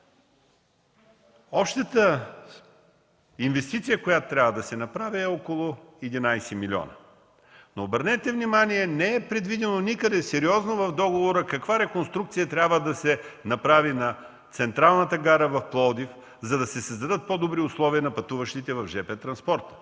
Общата инвестиция, която трябва да се направи, е около 11 милиона. Обърнете внимание – никъде в договора не е предвидено сериозно каква реконструкция трябва да се направи на Централната гара в Пловдив, за да се създадат по-добри условия на пътуващите с жп транспорта,